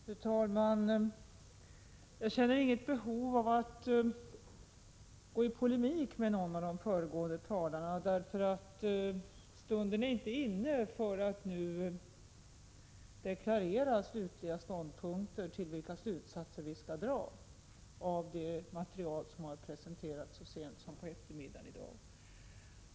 Fru talman! Jag känner inget behov av att gå i polemik med någon av de föregående talarna, eftersom stunden inte är inne för att deklarera slutliga ståndpunkter när det gäller vilka slutsatser vi skall dra av det material som har presenterats så sent som på eftermiddagen i dag.